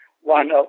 one